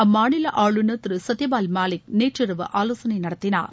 அம்மாநில ஆளுநர் திரு சத்தியபால் மாலிக் நேற்றிரவு ஆலோசனை நடத்தினார்